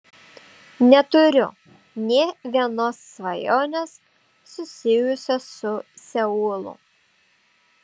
neturiu nė vienos svajonės susijusios su seulu